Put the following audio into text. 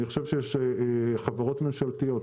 אני חושב שיש חברות ממשלתיות.